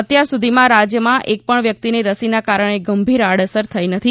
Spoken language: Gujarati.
અત્યાર સુધી રાજ્યમાં એકપણ વ્યક્તિને રસીના કારણે ગંભીર આડઅસર થઈ નથી